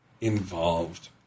involved